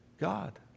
God